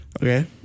Okay